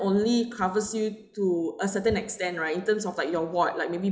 only covers you to a certain extent right in terms of like your ward like maybe